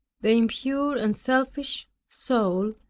the impure and selfish soul,